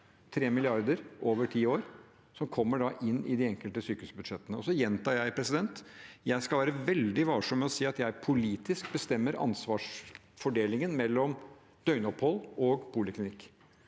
3 mrd. kr over ti år, som kommer inn i de enkelte sykehusbudsjettene. Så gjentar jeg at jeg skal være veldig varsom med å si at jeg politisk bestemmer ansvarsfordelingen mellom døgnopphold og poliklinikk.